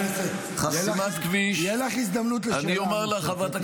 אז אני לא חולקת.